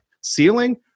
ceiling